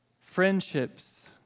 friendships